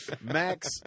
Max